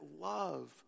love